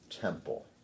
temple